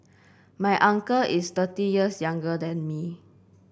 my uncle is thirty years younger than me